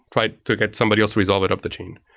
try to get somebody else resolve it up the chain.